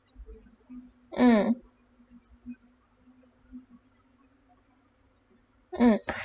mm mm